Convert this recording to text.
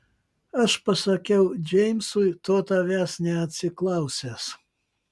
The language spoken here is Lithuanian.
aš pasakiau džeimsui to tavęs neatsiklausęs